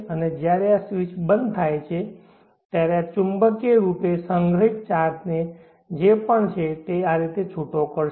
અને જ્યારે આ સ્વીચ બંધ થાય છે ત્યારે ચુંબકીય રૂપે સંગ્રહિત ચાર્જ જે પણ છે તે તે આ રીતે છૂટશે